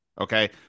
Okay